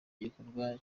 gikorwa